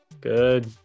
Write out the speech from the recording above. Good